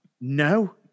no